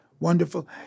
Wonderful